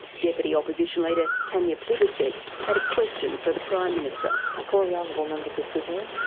deputy opposition leader tanya plibersek had a question for the prime minister. i call the honourable member for sydney.